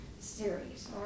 series